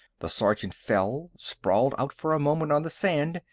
the sergeant fell, sprawled out for a moment on the sand,